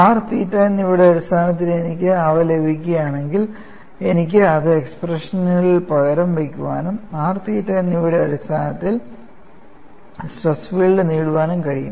R തീറ്റ എന്നിവയുടെ അടിസ്ഥാനത്തിൽ എനിക്ക് അവ ലഭിക്കുകയാണെങ്കിൽ എനിക്ക് അത് എക്സ്പ്രഷനുകളിൽ പകരം വയ്ക്കാനും r തീറ്റ എന്നിവയുടെ അടിസ്ഥാനത്തിൽ സ്ട്രെസ് ഫീൽഡ് നേടാനും കഴിയും